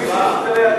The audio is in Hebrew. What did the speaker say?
בבקשה.